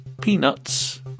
peanuts